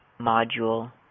module